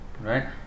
Right